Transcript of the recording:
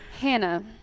Hannah